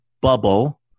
bubble